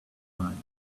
mine